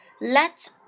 let